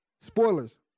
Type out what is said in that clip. spoilers